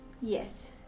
Yes